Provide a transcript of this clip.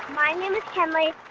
my name is kinley,